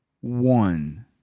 one